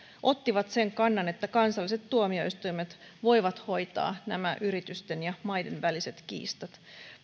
ottivat sen kannan että kansalliset tuomioistuimet voivat hoitaa nämä yritysten ja maiden väliset kiistat